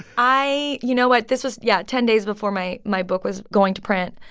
i you know what? this was yeah, ten days before my my book was going to print,